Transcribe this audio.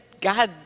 god